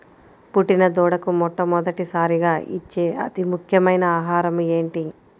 పుట్టిన దూడకు మొట్టమొదటిసారిగా ఇచ్చే అతి ముఖ్యమైన ఆహారము ఏంటి?